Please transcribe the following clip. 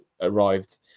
arrived